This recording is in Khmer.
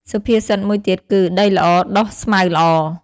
សុភាសិតមួយទៀតគឺ "ដីល្អ ដុះស្មៅល្អ"